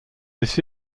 this